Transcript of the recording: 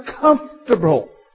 comfortable